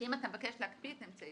שאם אתה מבקש להקפיא את האמצעי.